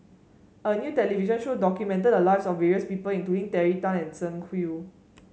a new television show documented the lives of various people including Terry Tan and Tsung Yeh